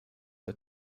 der